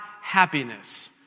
happiness